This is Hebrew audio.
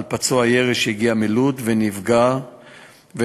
על פצוע ירי שנפגע בלוד.